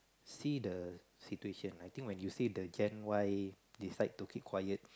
see the situation I think when you say the Gen-Y decide to keep quiet